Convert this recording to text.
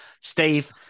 Steve